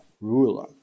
ruler